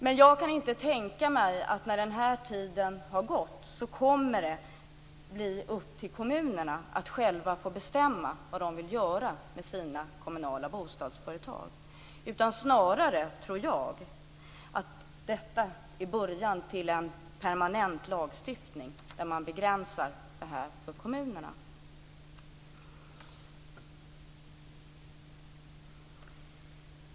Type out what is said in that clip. Jag kan dock inte tänka mig att det när den här tiden har gått kommer att bli upp till kommunerna att själva bestämma vad de vill göra med sina kommunala bostadsföretag. Snarare tror jag att detta är början till en permanent lagstiftning där man begränsar det här för kommunerna.